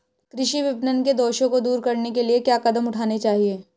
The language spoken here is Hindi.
कृषि विपणन के दोषों को दूर करने के लिए क्या कदम उठाने चाहिए?